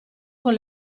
con